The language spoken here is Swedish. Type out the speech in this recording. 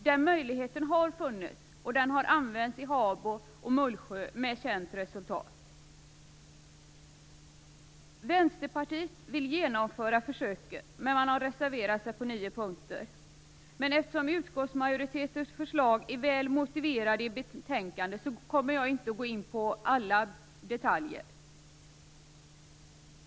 Den möjligheten har funnits, och den har använts i Vänsterpartiet vill genomföra försöket, men har reserverat sig på nio punkter. Men eftersom utskottsmajoritetens förslag är väl motiverade i betänkandet kommer jag inte att gå in på alla detaljer.